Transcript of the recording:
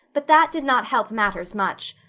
but that did not help matters much.